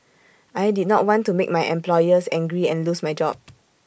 I did not want to make my employers angry and lose my job